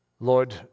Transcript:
Lord